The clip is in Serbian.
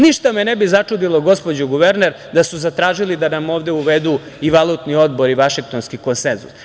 Ništa me ne bi začudilo, gospođo guverner da su zatražili da nam ovde uvedu i valutni odbor i Vašingtonski konsenzus.